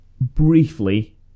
briefly